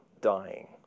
dying